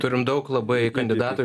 turim daug labai kandidatų